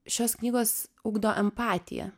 šios knygos ugdo empatiją